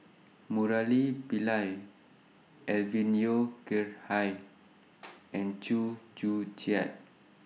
Murali Pillai Alvin Yeo Khirn Hai and Chew Joo Chiat